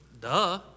duh